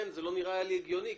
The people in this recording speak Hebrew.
ה-110 מיליון שקל לא נראה לי הגיוני.